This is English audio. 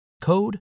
code